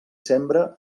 sembra